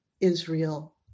Israel